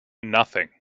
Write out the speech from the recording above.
nothing